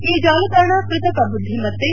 ಈ ಜಾಲತಾಣ ಕೃತಕ ಬುದ್ಧಿಮತ್ತೆ